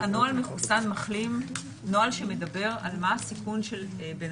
הנוהל מחוסן-מחלים הוא נוהל שמדבר על מה הסיכון של בן